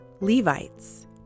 Levites